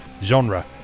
genre